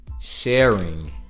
Sharing